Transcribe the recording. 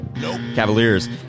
Cavaliers